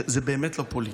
הוא באמת לא פוליטי.